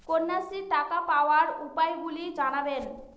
কন্যাশ্রীর টাকা পাওয়ার উপায়গুলি জানাবেন?